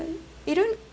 it don't